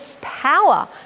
power